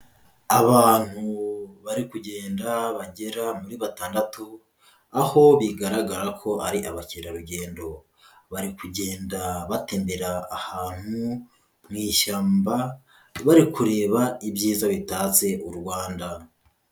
Abantu bari kugenda bagera muri batandatu, aho bigaragara ko ari abakerarugendo, bari kugenda batembera ahantu mu ishyamba, bari kureba ibyiza bitatse u Rwanda.